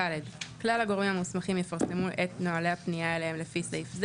(ד) כלל הגורמים המוסמכים יפרסמו את נוהלי הפנייה אליהם לפי סעיף זה,